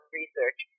research